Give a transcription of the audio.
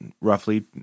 roughly